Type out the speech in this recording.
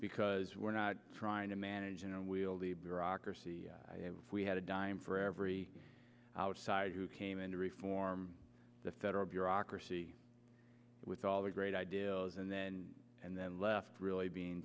because we're not trying to manage and wield the bureaucracy we had a dime for every outsider who came in to reform the federal bureaucracy with all these great ideals and then and then left really being